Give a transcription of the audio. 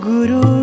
Guru